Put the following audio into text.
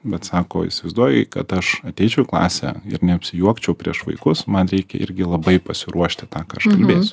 bet sako įsivaizduoji kad aš ateičiau į klasę ir neapsijuokčiau prieš vaikus man reikia irgi labai pasiruošti tą ką aš kalbėsiu